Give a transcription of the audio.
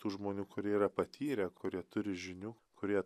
tų žmonių kurie yra patyrę kurie turi žinių kurie